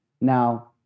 Now